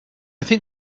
think